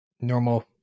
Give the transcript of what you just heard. normal